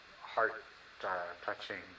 heart-touching